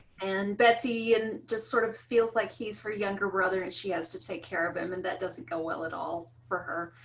and betsy and just sort of feels like he's for younger brother, and she has to take care of him. and that doesn't go well at all for her.